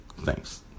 Thanks